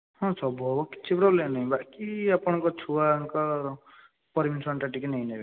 ହଁ ସବୁ ହେବ କିଛି ପ୍ରୋବ୍ଲେମ୍ ନାହିଁ ବାକି ଆପଣଙ୍କ ଛୁଆଙ୍କ ପରମିସନ୍ଟା ଟିକିଏ ନେଇନେବେ